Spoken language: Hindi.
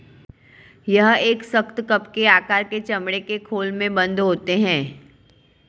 यह एक सख्त, कप के आकार के चमड़े के खोल में बन्द होते हैं